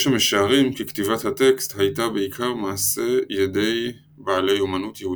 יש המשערים כי כתיבת הטקסט הייתה בעיקר מעשי ידי בעלי אומנות יהודיים.